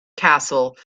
castle